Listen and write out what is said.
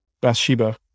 Bathsheba